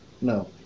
No